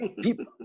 people